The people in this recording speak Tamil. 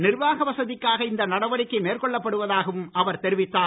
நிர்வாக வசதிக்காக இந்த நடவடிக்கை மேற்கொள்ளப்படுவதாகவும் அவர் தெரிவித்தார்